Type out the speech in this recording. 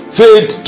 faith